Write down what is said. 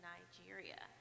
Nigeria